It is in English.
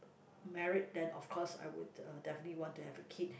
married then of course I would uh definitely want to have a kid